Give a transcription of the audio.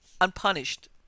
unpunished